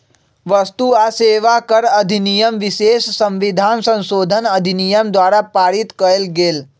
वस्तु आ सेवा कर अधिनियम विशेष संविधान संशोधन अधिनियम द्वारा पारित कएल गेल